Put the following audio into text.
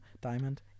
Diamond